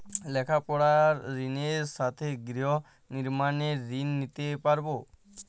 লেখাপড়ার ঋণের সাথে গৃহ নির্মাণের ঋণ নিতে পারব?